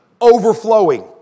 overflowing